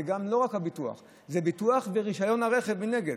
זה לא רק הביטוח, זה ביטוח ורישיון הרכב מנגד.